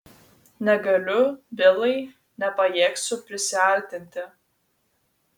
negaliu bilai nepajėgsiu prisiartinti